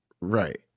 Right